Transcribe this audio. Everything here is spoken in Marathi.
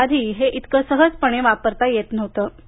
याआधी हे इतकं सहजपणे वापरता येत नव्हतं